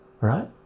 right